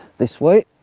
this way,